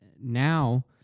now